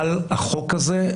אבל החוק הזה,